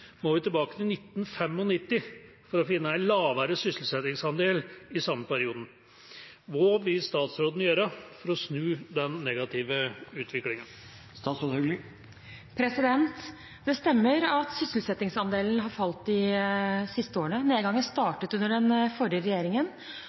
må vi tilbake til 1995 for å finne en lavere sysselsettingsandel i samme periode. Hva vil statsråden gjøre for å snu den negative utviklingen?» Det stemmer at sysselsettingsandelen har falt de siste årene. Nedgangen